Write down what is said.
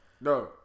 No